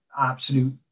absolute